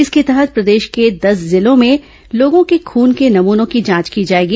इसके तहत प्रदेश के दस जिलों में लोगों के खून के नमूनों की जांच की जाएगी